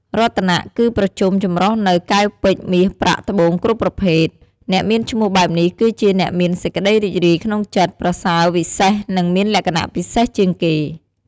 រតនៈ គឺប្រជុំចម្រុះនូវ កែវ ពេជ្យ មាស ប្រាក់ ត្បូងគ្រប់ប្រភេទ។អ្នកមានឈ្មោះបែបនេះគឺជាអ្នកមានសេចក្តីរីករាយក្នុងចិត្ត ប្រសើរវិសេសនិងមានលក្ខណៈពិសេសជាងគេ។